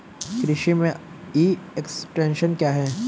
कृषि में E extension क्या है?